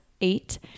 eight